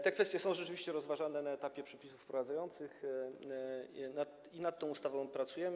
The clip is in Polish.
Te kwestie są rzeczywiście rozważane na etapie przepisów wprowadzających i nad tą ustawą pracujemy.